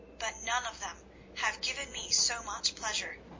but none of them have given me so much pleasure.